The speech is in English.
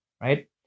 right